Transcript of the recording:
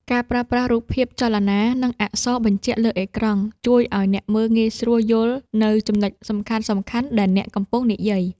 ការប្រើប្រាស់រូបភាពចលនា និងអក្សរបញ្ជាក់លើអេក្រង់ ជួយឱ្យអ្នកមើលងាយស្រួលយល់នូវចំណុចសំខាន់ៗដែលអ្នកកំពុងនិយាយ។